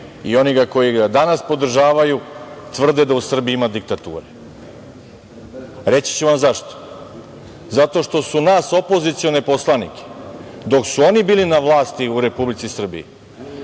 i oni koji ga danas podržavaju tvrde da u Srbiji ima diktature. Reći ću vam zašto. Zato što su nas opozicione poslanike, dok su oni bili na vlasti u Republici Srbiji